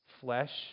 flesh